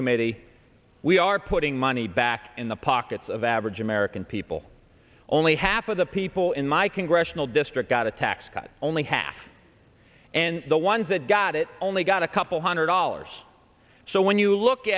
committee we are putting money back in the pockets of average american people only half of the people in my congressional district got a tax cut only half and the ones that got it only got a couple hundred dollars so when you look